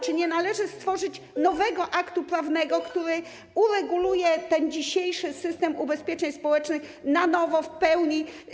Czy nie należy stworzyć nowego aktu prawnego, który ureguluje ten dzisiejszy system ubezpieczeń społecznych na nowo, w pełni?